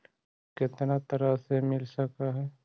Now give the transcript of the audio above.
Loan कितना तरह से मिल सक है?